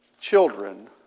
children